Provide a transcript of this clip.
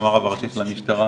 גם הרב הראשי של המשטרה,